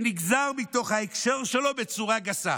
שנגזר מתוך ההקשר שלו בצורה גסה,